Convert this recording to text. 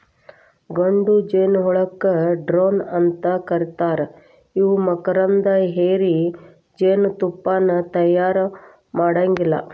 ಗಂಡು ಜೇನಹುಳಕ್ಕ ಡ್ರೋನ್ ಅಂತ ಕರೇತಾರ ಇವು ಮಕರಂದ ಹೇರಿ ಜೇನತುಪ್ಪಾನ ತಯಾರ ಮಾಡಾಂಗಿಲ್ಲ